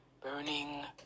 burning